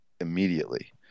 immediately